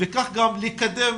וכך גם לקדם